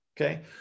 Okay